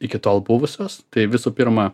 iki tol buvusios tai visų pirma